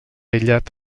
aïllat